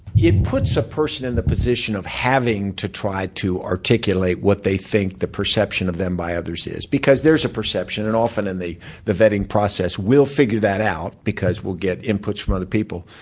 it puts a person in the position of having to try to articulate what they think the perception of them by others is. because there is a perception, and often in the vetting process, we'll figure that out because we'll get inputs from other people.